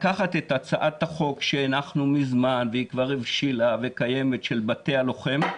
לקחת את הצעת החוק שהנחנו מזמן והיא כבר הבשילה וקיימת של בתי הלוחם,